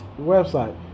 website